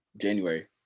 january